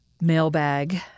mailbag